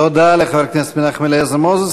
תודה לחבר הכנסת מנחם אליעזר מוזס.